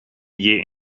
year